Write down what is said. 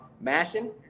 mashing